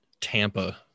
tampa